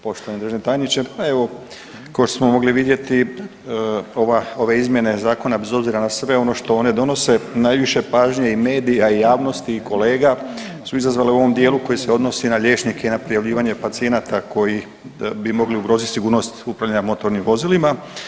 Poštovani državni tajniče, pa evo kao što smo mogli vidjeti ova, ove izmjene zakona bez obzira na sve ono što one donose najviše pažnje i medija i javnosti i kolege su izazvale u ovom dijelu koji se odnosi na liječnike i na prijavljivanje pacijenata koji bi mogli ugroziti sigurnost upravljanja motornim vozilima.